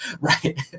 Right